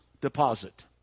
deposit